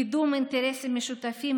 קידום אינטרסים משותפים,